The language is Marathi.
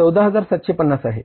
14750 आहे